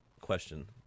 question